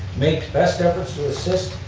make best efforts to assist